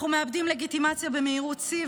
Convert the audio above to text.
אנחנו מאבדים לגיטימציה במהירות שיא,